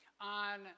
on